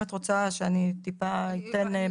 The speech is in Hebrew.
אם את רוצה שאני אתן פירוט